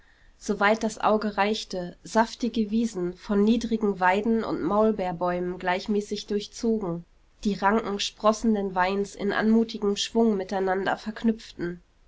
soweit das auge reichte saftige wiesen von niedrigen weiden und maulbeerbäumen gleichmäßig durchzogen die ranken sprossenden weins in anmutigem schwung miteinander verknüpften